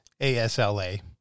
ASLA